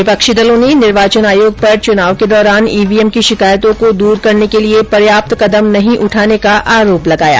विपक्षी दलों ने निर्वाचन आयोग पर चुनाव के दौरान ईवीएम की शिकायतों को दूर करने के लिए पर्याप्त कदम नही उठाने का आरोप लगाया